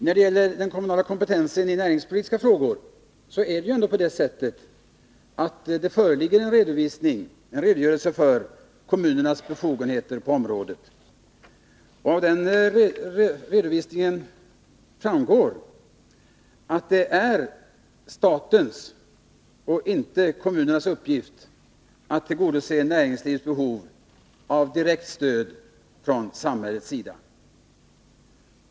När det gäller den kommunala kompetensen i näringspolitiska frågor föreligger det en redogörelse för kommunernas befogenheter på området. Av den framgår att det är statens och inte kommunernas uppgift att tillgodose näringslivets behov av direkt stöd från samhällets sida.